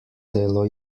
delo